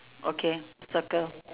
okay circle